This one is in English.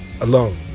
alone